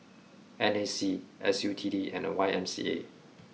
N A C S U T D and Y M C A